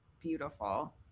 beautiful